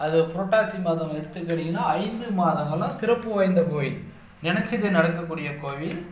அது புரட்டாசி மாதம் எடுத்துக்கிட்டிங்கன்னால் ஐந்து மாதங்களும் சிறப்பு வாய்ந்த கோயில் நினச்சது நடக்கக்கூடிய கோவில்